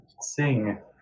sing